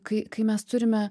kai kai mes turime